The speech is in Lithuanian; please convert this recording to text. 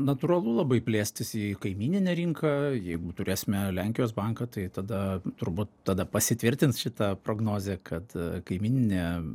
natūralu labai plėstis į kaimyninę rinką jeigu turėsime lenkijos banką tai tada turbūt tada pasitvirtins šita prognozė kad kaimyninė